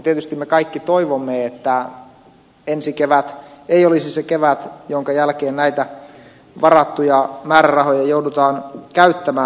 tietysti me kaikki toivomme että ensi kevät ei olisi se kevät jonka jälkeen näitä varattuja määrärahoja joudutaan käyttämään